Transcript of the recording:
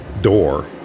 door